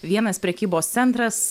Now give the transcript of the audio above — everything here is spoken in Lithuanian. vienas prekybos centras